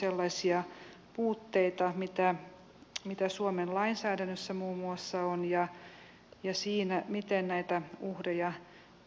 jag väljer att särskilt lyfta fram cedaw konventionen därför att den är alltför okänd